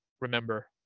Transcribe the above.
remember